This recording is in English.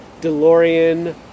DeLorean